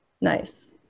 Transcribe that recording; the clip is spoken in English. Nice